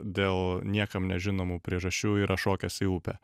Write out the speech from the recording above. dėl niekam nežinomų priežasčių yra šokęs į upę